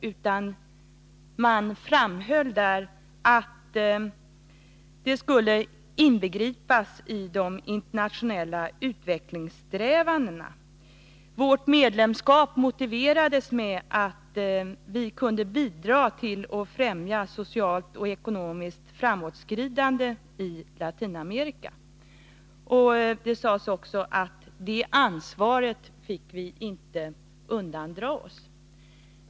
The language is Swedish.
I stället framhöll man att agerandet skulle inbegripas i de internationella utvecklingssträvandena. Vårt medlemskap motiverades med att vi kunde bidraga till att främja socialt och ekonomiskt framåtskridande i Latinamerika. Det sades också att vi inte fick undandra oss det ansvaret.